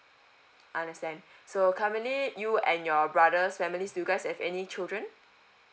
understand so currently you and your brother's families do you guys have any children